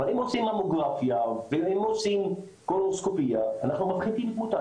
אבל אם עושים ממוגרפיה ואם עושים קולונוסקופיה אנחנו מפחיתים תמותה.